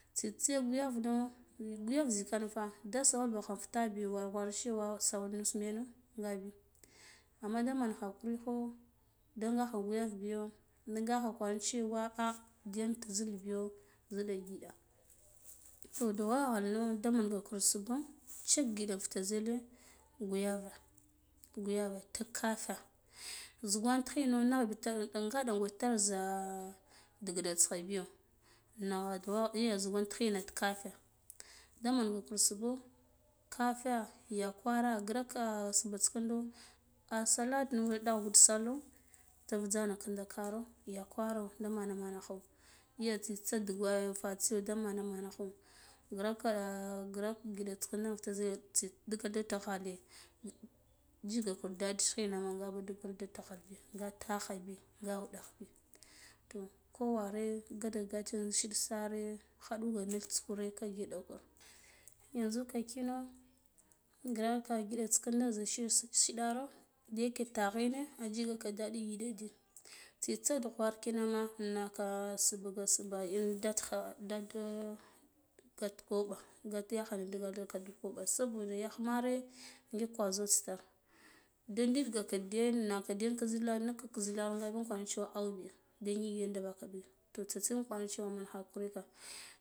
Tsitsa ya guyavno eh guyav ziken fa da sawal bakha in fita biya war bar shewa sawa nus yane ngabi amma daman khakuri ko da guyar nga kha guyar biyo da nga kha kwar cewa ah dayan tizil biyo ziɗa giɗa toh duwa ghenno da manga kur subho cib ngidda fita zile guyava guyive tik kafa zukan tikhino nagh batar nga ɗankwatar za digɗa tsikha biyo nnagha dugha ya zikan tiklina tikafe damanga kur subho kafe yakwara graka subhots ƙindo assaltu niva dagh gut sallo da vijzana ƙinda karo yakwa ro da mana manakho ya tsitsa diga fatsiyo da mana mana kho graka grak nƙiɗata ƙinda fita ziya tsi digalda tsuɓale jigakur daɗi tighina ma ngabo dugul dibale biya nga tagha biy nga wuɗagh biy toh koware gata gata zil shi sareh khaduga kur nuts kure ka gidako yanzu kino graka ngiɗats ƙinda za shile shu sik shik shiɗiro ya kitaghine ajigaka daɗi giɗa dan tsitsa dughwara kine naka subga subha in dad loha da gat kwaɓa nga da yaghna digalde gat kwaɓa saboda yagh mare ngile kwazots tar da ndiɗgaka da yan naka dryin zilara nik kitza zilara ngabi kwar awebi ya da ngike daɓaka biyu toh tsatsin kwar cewa mana ka hakuri ka.